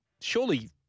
Surely